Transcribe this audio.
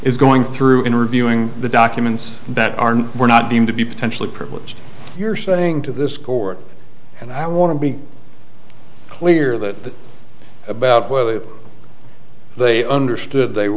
is going through in reviewing the documents that were not deemed to be potentially privileged you're saying to this court and i want to be clear that about whether they understood they